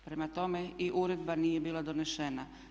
Prema tome i uredba nije bila donešena.